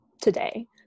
today